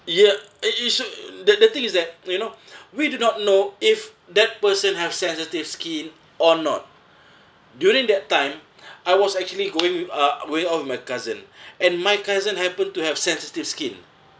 ya it it should that the thing is that you know we do not know if that person have sensitive skin or not during that time I was actually going uh going out with my cousin and my cousin happen to have sensitive skin